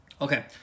Okay